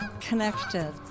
connected